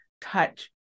touch